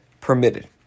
permitted